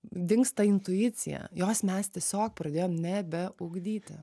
dingsta intuicija jos mes tiesiog pradėjom nebeugdyti